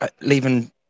Leaving